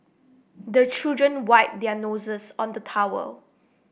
the children wipe their noses on the towel